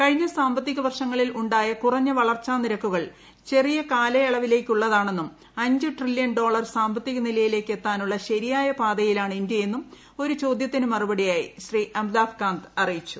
കഴിഞ്ഞ സാമ്പത്തിക വർഷങ്ങളിൽ ഉായ കുറഞ്ഞ വളർച്ചാ നിരക്കുകൾ ചെറിയ കാലയളവിലേക്കുള്ളതാണെന്നും അഞ്ച് ട്രില്യൺഡോളർ എന്ന സാമ്പത്തിക നിലയിലേക്ക് എത്താനുള്ള ശരിയായ പാതയിലാണ് ഇന്ത്യയെന്നും ഒരു ചോദ്യത്തിന് മറുപടിയായി ശ്രീ അമിതാഭ് കാന്ത് അറിയിച്ചു